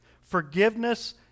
Forgiveness